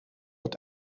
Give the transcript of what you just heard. het